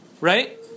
Right